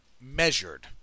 measured